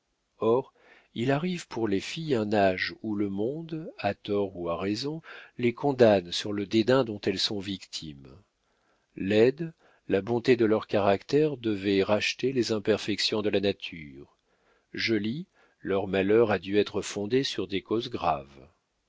or il arrive pour les filles un âge où le monde à tort ou à raison les condamne sur le dédain dont elles sont victimes laides la bonté de leur caractère devait racheter les imperfections de la nature jolies leur malheur a dû être fondé sur des causes graves